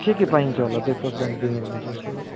के के पाइन्छ होला ब्रेकफास्ट लन्च डिनरमा चाहिँ यसो